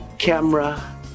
Camera